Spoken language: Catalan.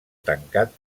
tancat